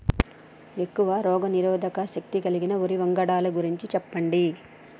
ఎక్కువ రోగనిరోధక శక్తి కలిగిన వరి వంగడాల గురించి చెప్పండి?